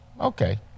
okay